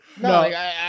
No